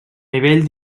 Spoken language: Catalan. nivell